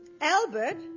Albert